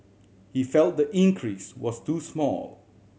he felt the increase was too small